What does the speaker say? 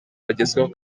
bagezweho